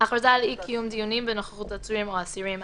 הכרזה על אי-קיום דיונים בנוכחות עצורים או אסירים.